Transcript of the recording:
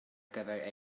gyfer